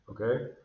okay